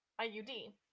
IUD